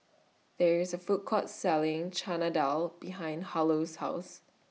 There IS Food Court Selling Chana Dal behind Harlow's House